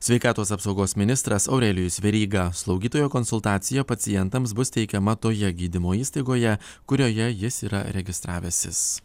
sveikatos apsaugos ministras aurelijus veryga slaugytojo konsultacija pacientams bus teikiama toje gydymo įstaigoje kurioje jis yra registravęsis